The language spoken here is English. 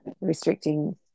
restricting